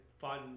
fun